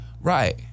Right